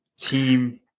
team